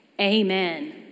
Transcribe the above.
Amen